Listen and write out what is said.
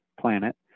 planet